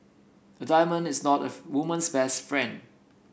a diamond is not of woman's best friend